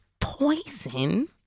poison